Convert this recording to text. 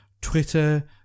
Twitter